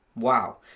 Wow